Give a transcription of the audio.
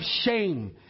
shame